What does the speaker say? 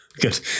good